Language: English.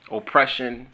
oppression